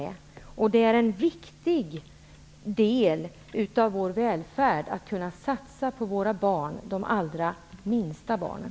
Det är en viktig del av vår välfärd att kunna satsa på de allra minsta barnen.